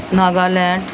Nagaland